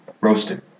roasted